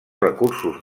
recursos